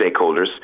stakeholders